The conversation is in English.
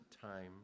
time